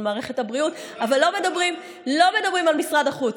מערכת הבריאות אבל לא מדברים על משרד החוץ.